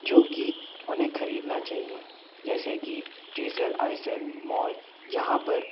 जो कि उन्हें खरीदना चाहिए जैसे कि ट्रीजर आइसेड मॉल जहाँ पर